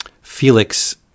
felix